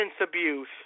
abuse